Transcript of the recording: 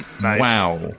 wow